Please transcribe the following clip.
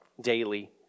daily